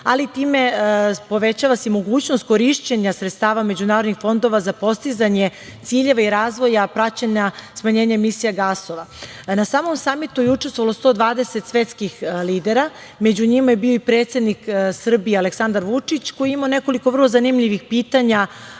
ali time se povećava i mogućnost korišćenja sredstava međunarodnih fondova za postizanje ciljeva i razvoja praćenja smanjenja emisije gasova. Na samom samitu je učestvovalo 120 svetskih lidera. Među njima je bio i predsednik Srbije Aleksandar Vučić, koji je imao nekoliko vrlo zanimljivih pitanja